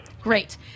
Great